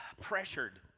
pressured